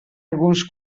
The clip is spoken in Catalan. alguns